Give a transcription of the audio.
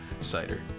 Cider